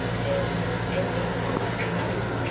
and and be happy, too.